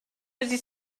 wedi